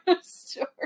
story